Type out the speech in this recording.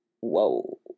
whoa